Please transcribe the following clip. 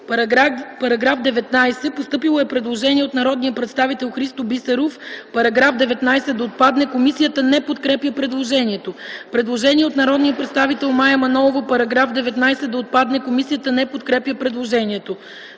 ФИДОСОВА: Постъпило е предложение от народния представител Христо Бисеров -§ 19 да отпадне. Комисията не подкрепя предложението. Предложение от народния представител Мая Манолова -§ 19 да отпадне. Комисията не подкрепя предложението.